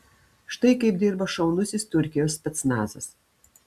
štai kaip dirba šaunusis turkijos specnazas